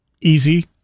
Easy